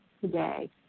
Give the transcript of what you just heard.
today